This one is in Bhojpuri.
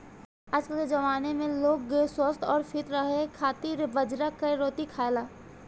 आजके जमाना में लोग स्वस्थ्य अउरी फिट रहे खातिर बाजरा कअ रोटी खाएला